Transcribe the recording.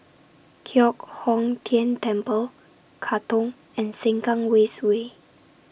Giok Hong Tian Temple Katong and Sengkang West Way